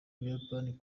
ubuyapani